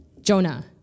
Jonah